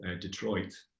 detroit